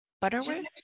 Butterworth